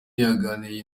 yabagiriye